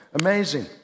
amazing